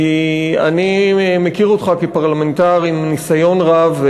כי אני מכיר אותך כפרלמנטר עם ניסיון רב,